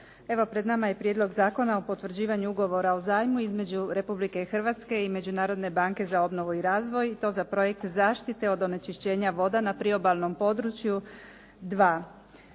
Konačni prijedlog zakona o potvrđivanju Ugovora o zajmu između Republike Hrvatske i Međunarodne banke za obnovu i razvoj za projekt zaštite od onečišćenja voda na priobalnom području 2.